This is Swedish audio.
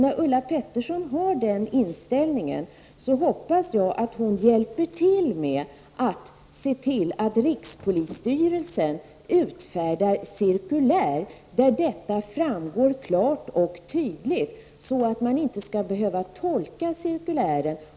När Ulla Pettersson har den inställningen hoppas jag att hon hjälper till att se till att rikspolisstyrelsen utfärdar cirkulär där detta framgår klart och tydligt, så att man inte skall behöva tolka cirkulären.